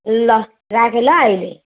ल राखेँ ल अहिले